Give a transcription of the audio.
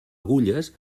agulles